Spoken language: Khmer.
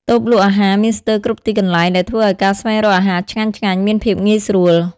តូបលក់អាហារមានស្ទើរគ្រប់ទីកន្លែង ដែលធ្វើឲ្យការស្វែងរកអាហារឆ្ងាញ់ៗមានភាពងាយស្រួល។